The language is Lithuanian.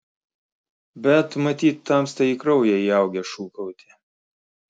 bet matyt tamstai į kraują įaugę šūkauti